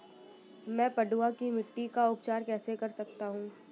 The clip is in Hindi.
मैं पडुआ की मिट्टी का उपचार कैसे कर सकता हूँ?